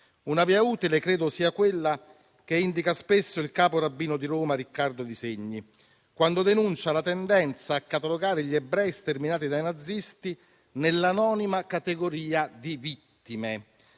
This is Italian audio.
Una via utile credo sia quella che indica spesso il capo rabbino di Roma Riccardo Di Segni, quando denuncia la tendenza a catalogare gli ebrei sterminati dai nazisti nell'anonima categoria di vittime.